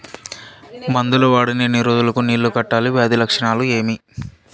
మందులు వాడిన ఎన్ని రోజులు కు నీళ్ళు కట్టాలి, వ్యాధి లక్షణాలు ఏమి?